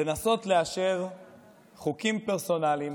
לנסות לאשר חוקים פרסונליים